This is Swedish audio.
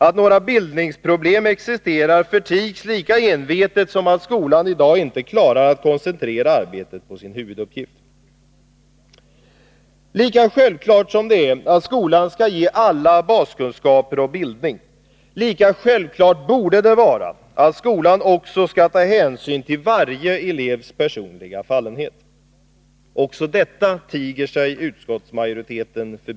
Att några bildningsproblem existerar förtigs lika envetet som att skolan i dag inte klarar att koncentrera arbetet på sin huvuduppgift. Lika självklart som det är att skolan skall ge alla baskunskaper och bildning, lika självklart borde det vara att skolan också skall ta hänsyn till varje elevs personliga fallenhet. Också detta tiger utskottsmajoriteten om.